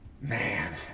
Man